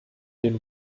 den